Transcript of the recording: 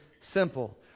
simple